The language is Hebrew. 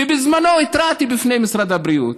ובזמנו התרעתי בפני משרד הבריאות.